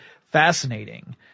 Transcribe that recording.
fascinating